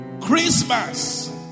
Christmas